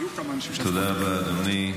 תודה רבה, אדוני.